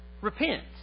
Repent